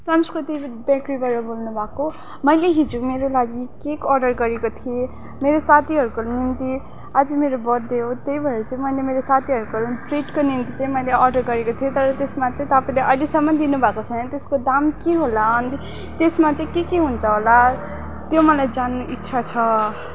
संस्कृति बेकरीबाट बोल्नु भएको मैले हिजो मेरो लागि केक अर्डर गरेको थिएँ मेरो साथीहरूको निम्ति आज मेरो बर्थडे हो त्यही भएर चाहिँ मैले मेरो साथीहरूको ट्रिटको निम्ति चाहिँ मैले अर्डर गरेको थिएँ तर त्यसमा चाहिँ तपाईँले अहिलेसम्म दिनु भएको छैन त्यसको दाम के होला अनि त्यसमा चाहिँ के के हुन्छ होला त्यो मलाई जान्ने इच्छा छ